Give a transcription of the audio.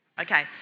Okay